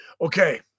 Okay